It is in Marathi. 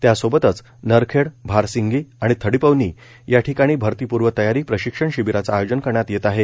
त्यासोबतच नरखेड भारसिंगी आणि थडीपवनी या ठिकाणी भरतीपूर्व तयारी प्रशिक्षण शिबिराचं आयोजन करण्यात येत आहे